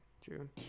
June